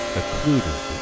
occluded